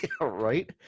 Right